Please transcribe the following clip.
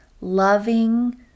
loving